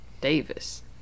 Davis